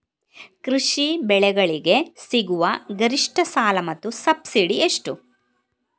ಕೃಷಿ ಬೆಳೆಗಳಿಗೆ ಸಿಗುವ ಗರಿಷ್ಟ ಸಾಲ ಮತ್ತು ಸಬ್ಸಿಡಿ ಎಷ್ಟು?